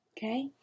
Okay